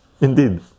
indeed